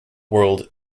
world